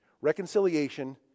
Reconciliation